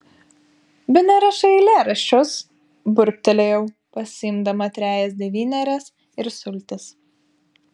bene rašai eilėraščius burbtelėjau pasiimdama trejas devynerias ir sultis